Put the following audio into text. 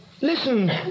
Listen